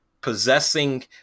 possessing